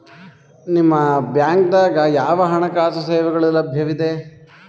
ನಿಮ ಬ್ಯಾಂಕ ದಾಗ ಯಾವ ಹಣಕಾಸು ಸೇವೆಗಳು ಲಭ್ಯವಿದೆ?